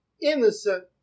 innocent